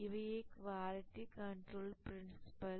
இவையே quality control principle